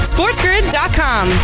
Sportsgrid.com